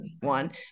one